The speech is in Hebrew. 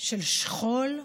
של שכול,